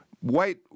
White